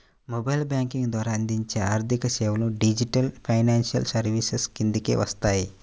mobile banking ద్వారా అందించే ఆర్థికసేవలు డిజిటల్ ఫైనాన్షియల్ సర్వీసెస్ కిందకే వస్తాయి